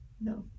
no